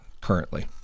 currently